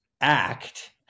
act